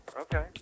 Okay